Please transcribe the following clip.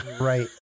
Right